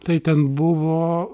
tai ten buvo